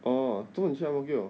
oh 做么你去 ang mo kio